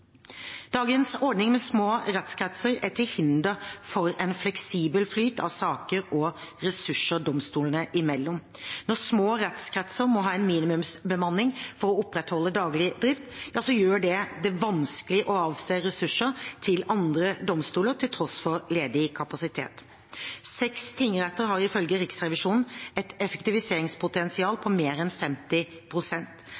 Dagens ordning med små rettskretser er til hinder for en fleksibel flyt av saker og ressurser domstolene imellom. Når små rettskretser må ha en minimumsbemanning for å opprettholde daglig drift, gjør dette det vanskelig å avse ressurser til andre domstoler, til tross for ledig kapasitet. Seks tingretter har ifølge Riksrevisjonen et effektiviseringspotensial